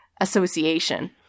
association